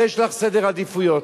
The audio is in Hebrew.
ויש לך סדר עדיפויות,